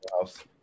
house